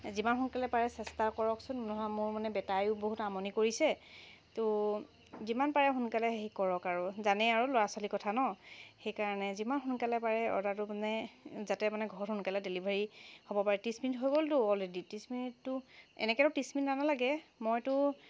যিমান সোনকালে পাৰে চেষ্টা কৰকচোন নহয় মোৰ মানে বেটায়ো বহুত আমনি কৰিছে তো যিমান পাৰে সোনকালে হেৰি কৰক আৰু জানেই আৰু ল'ৰা ছোৱালীৰ কথা ন সেইকাৰণে যিমান সোনকালে পাৰে অৰ্ডাৰটো মানে যাতে মানে ঘৰত সোনকালে ডেলিভাৰী হ'ব পাৰে ত্ৰিছ মিনিট হৈ গ'লতো অলৰেদি ত্ৰিছ মিনিটতো এনেকৈতো ত্ৰিছ মিনিট নালাগে মইতো